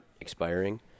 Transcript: expiring